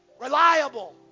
reliable